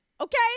Okay